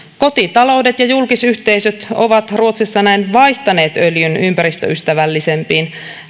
kotitaloudet ja julkisyhteisöt ovat ruotsissa näin vaihtaneet öljyn ympäristöystävällisempiin